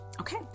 Okay